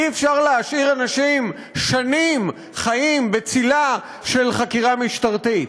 אי-אפשר להשאיר אנשים שנים חיים בצלה של חקירה משטרתית.